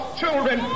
children